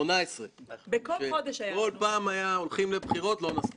קודם כול, זה הישג באמת חשוב מאוד והיה מספיק זמן.